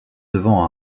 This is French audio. devant